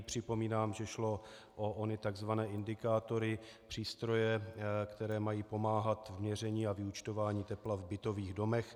Připomínám, že šlo o ony tzv. indikátory, přístroje, které mají pomáhat v měření a vyúčtování tepla v bytových domech.